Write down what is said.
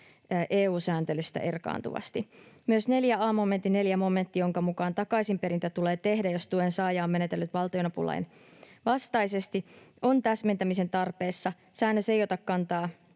EU-sääntelystä erkaantuvasti. Myös 4 a §:n 4 momentti, jonka mukaan takaisinperintä tulee tehdä, jos tuensaaja on menetellyt valtionapulain vastaisesti, on täsmentämisen tarpeessa: säännös ei ota kantaa